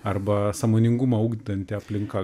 arba sąmoningumą ugdanti aplinka